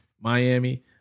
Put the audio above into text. Miami